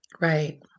Right